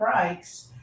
breaks